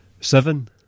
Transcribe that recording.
Seven